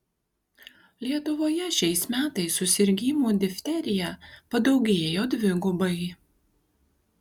lietuvoje šiais metais susirgimų difterija padaugėjo dvigubai